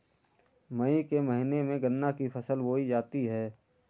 मई के महीने में गन्ना की फसल बोई जाती है